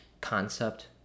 concept